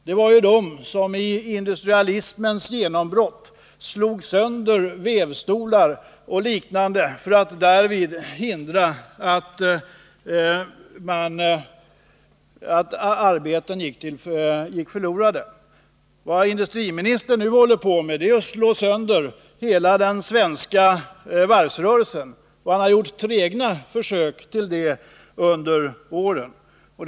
Det var ludditerna som vid industrialismens genombrott slog sönder bl.a. vävstolar för att därmed förhindra att arbetstillfällen gick förlorade. Industriministern 171 håller nu på att slå sönder hela den svenska varvsindustrin. Han har under årens lopp gjort trägna sådana försök.